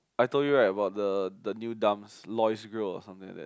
I told you right about the the new dumps Lawry's Grill or something like that